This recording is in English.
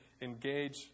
engage